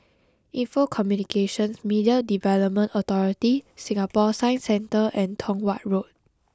Info Communications Media Development Authority Singapore Science Centre and Tong Watt Road